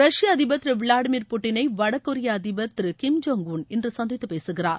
ரஷ்ய அதிபர் திரு விளாடிமீர் புட்டினை வடகொரிய அதிபர் திரு கிம் ஜோங் உன் இன்று சந்தித்து பேசுகிறார்